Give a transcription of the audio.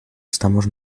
estamos